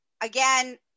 again